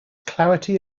clarity